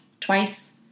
twice